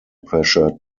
pressure